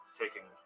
taking